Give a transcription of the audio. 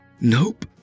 Nope